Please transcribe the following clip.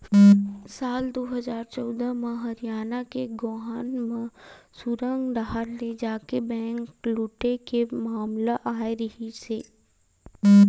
साल दू हजार चौदह म हरियाना के गोहाना म सुरंग डाहर ले जाके बेंक लूटे के मामला आए रिहिस हे